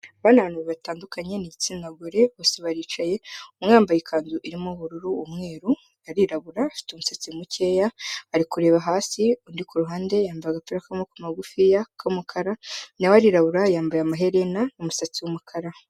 Abantu babiri batandukanye ni igitsina gore bose baricaye umwe yambaye ikanzu irimo ubururu umweru arirabura afite umusatsi mukeya arikureba hasi, undi kuruhande yambaye agapira k'amaboko magufi ya k'umukara nawe arirabura yambaye amaherena umusatsi wumukara.